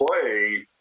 play –